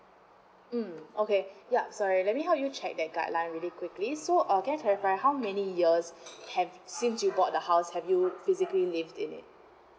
um okay yup so let me help you check that guideline really quickly so err can I have uh like how many years have since you bought the house have you physically live in it